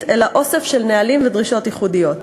אלא אוסף של נהלים ודרישות ייחודיות.